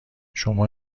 شما